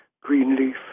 Greenleaf